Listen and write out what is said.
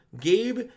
Gabe